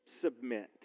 submit